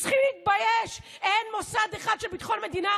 כל יום אני בשבעות של חיילים, אכפת לי מה הם